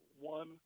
One